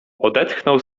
odetchnął